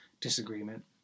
disagreement